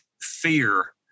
fear